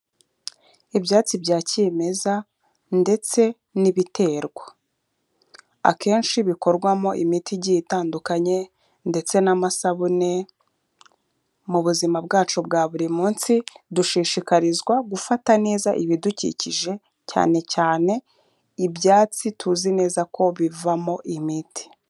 Ibyatsi bya kimeza ndetse n'ibiterwa, akenshi bikorwamo imiti igiye itandukanye ndetse n'amasabune, mu buzima bwacu bwa buri munsi, dushishikarizwa gufata neza ibidukikije, cyane cyane ibyatsi tuzi neza ko bivamo imiti.